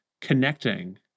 connecting